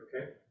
Okay